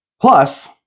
Plus